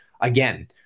again